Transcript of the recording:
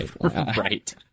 right